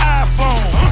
iPhone